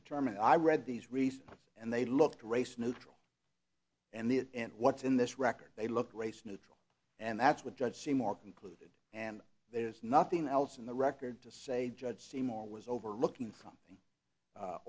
determine i read these recent and they looked race neutral and the and what's in this record they look race neutral and that's what judge seymour concluded and there's nothing else in the record to say judge seymour was overlooking some